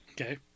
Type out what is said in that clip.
Okay